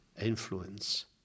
influence